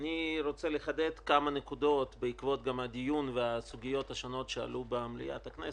אני רוצה לחדד כמה נקודות גם בעקבות הדיון והסוגיות שעלו במליאת הכנסת.